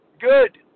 good